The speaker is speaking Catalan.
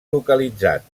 localitzat